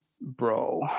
bro